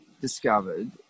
discovered